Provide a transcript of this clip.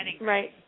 Right